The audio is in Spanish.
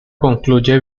concluye